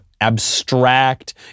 abstract